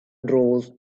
rose